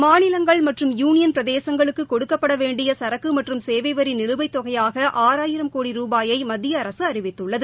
மாநிலங்கள் மற்றும் யூளியன் பிரதேசங்களுக்கு கொடுக்கப்பட வேண்டிய சரக்கு மற்றும் சேவை வரி நிலுவைத் தொகையாக ஆறாயிரம் கோடி ருபாயை மத்திய அரசு அறிவித்துள்ளது